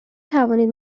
توانید